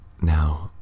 Now